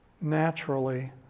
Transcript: naturally